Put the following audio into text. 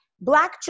Black